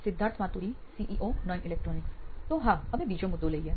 Siddharth Maturi CEO નોઇન electronics તો હા અમે બીજો મુદ્દો લઈએ